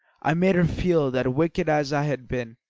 i made her feel that, wicked as i had been,